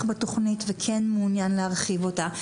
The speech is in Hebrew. בתוכנית וכן מעוניין ונכון להרחיב אותה.